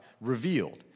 revealed